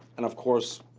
and of course,